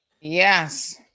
Yes